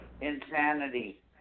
insanity